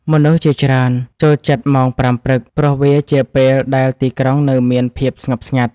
មនុស្សជាច្រើនចូលចិត្តម៉ោងប្រាំព្រឹក ព្រោះវាជាពេលដែលទីក្រុងនៅមានភាពស្ងប់ស្ងាត់។